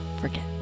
forget